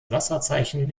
wasserzeichen